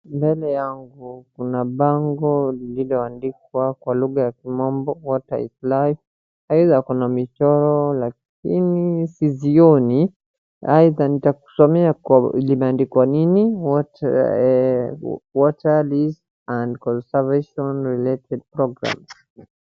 Mbele yangu kuna bango lililoandikwa kwa lugha ya kimombo water is life aidha kuna michoro lakini sizioni, aidha ntakusomea zimeandikwa nini water lease and conservation related programme .